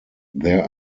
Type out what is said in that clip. there